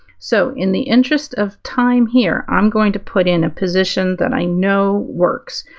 so in the interest of time here, i'm going to put in a position that i know works,